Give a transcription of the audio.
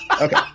Okay